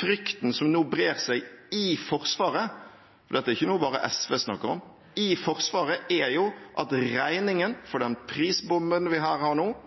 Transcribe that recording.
Frykten som nå brer seg i Forsvaret – og dette er ikke noe bare SV snakker om – er at regningen for den prisbomben vi har her,